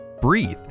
breathe